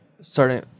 starting